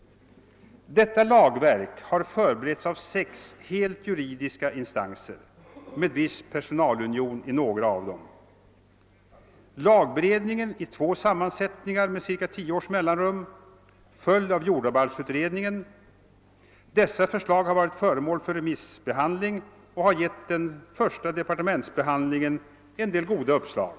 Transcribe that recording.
Detta lagverk har förberetts av sex helt juridiska instanser med viss personalunion i några led, bl.a. lagberedningen i två sammansättningar med cirka tio års mellanrum följd av jordabalksutredningen. Dessa förslag har varit föremål för remissbehandling och har gett den första departementsbehandlingen en del goda uppslag.